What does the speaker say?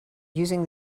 using